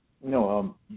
No